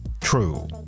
true